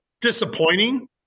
disappointing